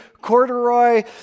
corduroy